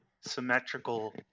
symmetrical